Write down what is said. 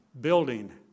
building